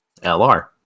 LR